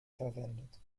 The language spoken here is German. verwendet